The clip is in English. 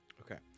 Okay